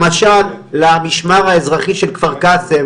למשל למשמר האזרחי של כפר קאסם,